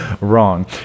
wrong